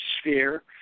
sphere